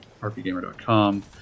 rpgamer.com